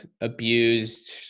abused